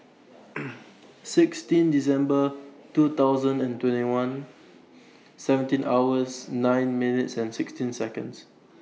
sixteen December two thousand and twenty one seventeen hours nine minutes and sixteen Seconds